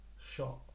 shot